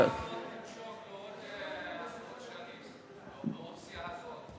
לעוד עשרות שנים באופציה הזאת,